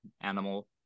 animal